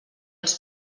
els